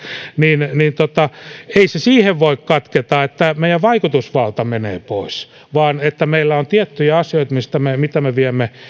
niin ei se siihen voi katketa että meidän vaikutusvaltamme menee pois vaan että meillä on tiettyjä asioita mitä me viemme